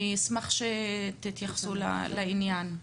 אני אשמח שתתייחסו לעניין.